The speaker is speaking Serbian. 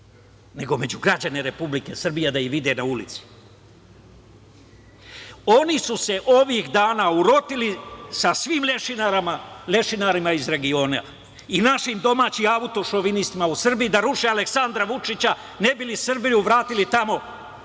nego među građane Republike Srbije da ih vide na ulici. Oni su se ovih dana urotili sa svim lešinarima iz regiona i našim domaćim autošovinistima u Srbiji da ruše Aleksandra Vučića, ne bi li Srbiju vratili tamo